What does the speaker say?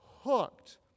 hooked